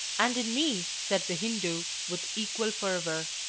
and in me! said the hindoo, with equal fervor.